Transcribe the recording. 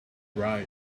right